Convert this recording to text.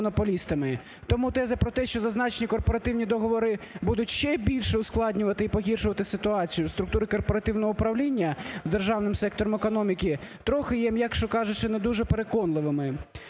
Тому теза про те, що зазначені корпоративні договори будуть ще більше ускладнювати і погіршувати ситуацію структури корпоративного управління державним сектором економіки, трохи є, м'яко кажучи, не дуже переконливими.